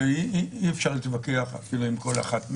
ואי אפשר להתווכח עם אף אחת מהן.